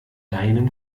deinem